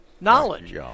knowledge